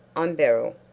i'm beryl.